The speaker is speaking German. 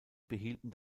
behielten